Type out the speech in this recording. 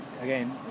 again